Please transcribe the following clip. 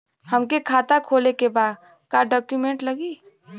हमके खाता खोले के बा का डॉक्यूमेंट लगी?